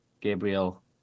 Gabriel